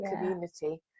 community